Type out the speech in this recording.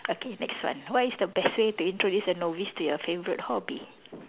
okay next one what is the best way to introduce a novice to your favorite hobby